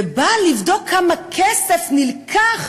ובאה לבדוק כמה כסף נלקח